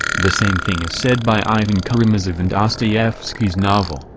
the same thing is said by ivan karamazov in dostoevsky's novel,